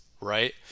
right